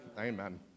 Amen